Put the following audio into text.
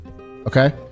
Okay